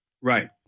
Right